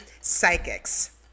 psychics